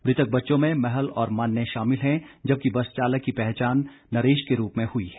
मृतक बच्चों में महल और मान्य शामिल हैं जबकि बस चालक की पहचान नरेश के रूप में हई है